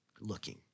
looking